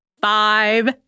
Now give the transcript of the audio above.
Five